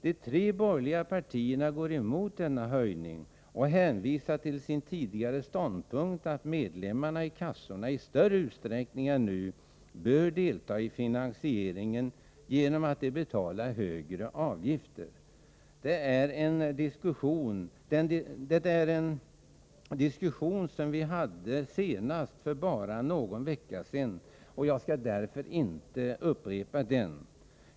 De tre borgerliga partierna går emot denna höjning och hänvisar till sin tidigare ståndpunkt, att medlemmarna i kassorna i större utsträckning än nu bör delta ifinansieringen genom att de betalar högre avgifter. Det är en diskussion som vi hade senast för bara någon vecka sedan, och jag skall därför inte upprepa den.